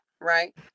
right